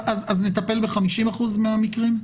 אז נטפל ב-50 אחוז מהמקרים?